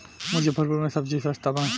मुजफ्फरपुर में सबजी सस्ता बा